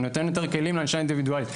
הוא נותן יותר כלים לענישה אינדוידואלית.